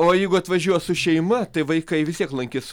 o jeigu atvažiuos su šeima tai vaikai vis tiek lankys